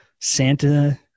Santa